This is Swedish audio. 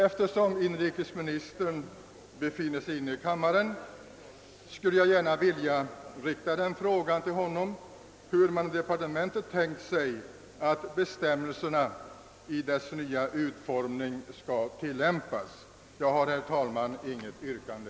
Eftersom inrikesministern befinner sig inne i kammaren skulle jag gärna vilja fråga honom hur man i departementet tänkt sig att bestämmelserna i deras nya utformning skall tillämpas. Jag har, herr talman, inget yrkande.